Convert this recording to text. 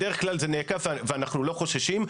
ואנחנו לא חוששים.